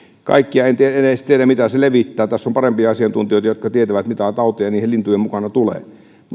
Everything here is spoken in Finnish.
kaikkia en edes tiedä mitä ne levittävät tässä on parempia asiantuntijoita jotka tietävät mitä tauteja niiden lintujen mukana tulee